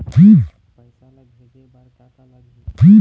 पैसा ला भेजे बार का का लगही?